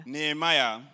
Nehemiah